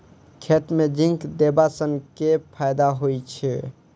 खेत मे जिंक देबा सँ केँ फायदा होइ छैय?